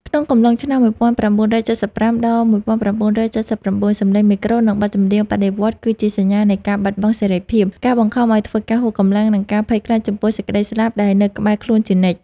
ក្នុងកំឡុងឆ្នាំ ១៩៧៥ ដល់ ១៩៧៩ សម្លេងមេក្រូ និងបទចម្រៀងបដិវត្តន៍គឺជាសញ្ញានៃការបាត់បង់សេរីភាព ការបង្ខំឱ្យធ្វើការហួសកម្លាំង និងការភ័យខ្លាចចំពោះសេចក្តីស្លាប់ដែលនៅក្បែរខ្លួនជានិច្ច។